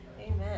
Amen